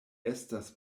estas